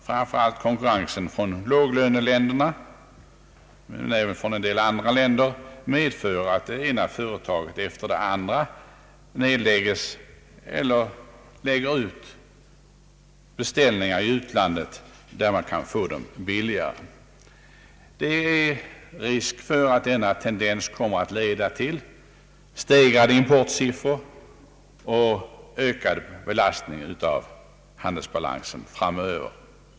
Framför allt konkurrensen från låglöneländerna men även den från en del andra länder medför att det ena företaget efter det andra nedlägges eller placerar beställningar i utlandet, där produkterna kan fås billigare. Det är risk för att denna tendens kommer att leda till stegrade importsiffror och ökad belastning av handelsbalansen framöver.